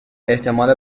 احتمال